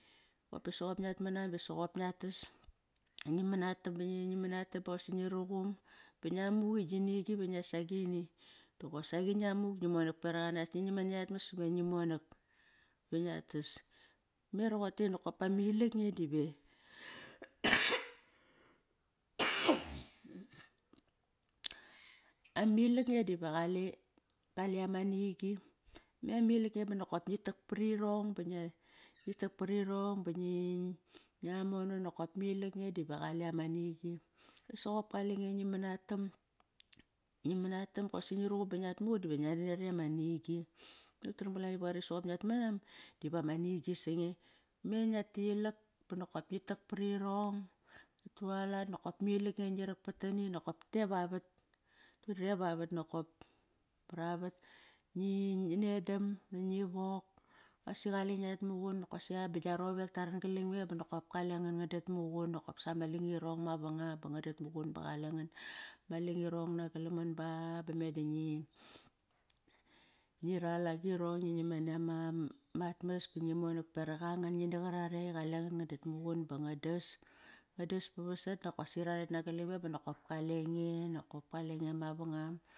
Qop pa soqop ngiat manam ba soqop ngia tas. Ngi manatam ba ngi manatam boqosi ngi ruqum ba ngia muk i ginigi va ngias agini doqosi ngia muk ngi monak beraq anas. Ngi nam nani atmas va ngi monak va ngia tas. Me roqote nokop pa ma ilak nge dive ama ilak nge dive qale, qale ama nigi. Me ma ilak nge ba nokop ngi tak parirong ba ngi ta tak parirong ba ngi ngia mono nokop ma ilak nge diva qale ama nigi. Soqop kalenge ngi manatam, ngi manatam qosi ngi ruqum ba ngiat muqun dive ngiat nari ama nigi. va qari soqop ngiat manam, diva ma nigi sange. Mi ngia tilak, bonokop ngi tak parirong ngan drualat, nokop ma ilak nge, ngirak pat tini nokop te vavat, te vavat nokop raravat. Ngi nginedam, ngi wok qosi qale ngiat muqun, nokosia ba gia rovek ta ran galam nge ba nokop kale ngan nga nat muqun nokop sama langiron mavangam ba nganat muqun ba qale ngan. Ma langirong nagalom ngan ba, ba medi ngi ral agirong, ngi nam nani amat mas ba ngi monak berak angan ngina qarare nganat muqun ba nga dos. Nga dos ba vasat nakosaqi ra ret nagalam nge ba nokop kalenge mavangam.